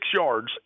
yards